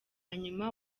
nyuma